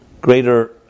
greater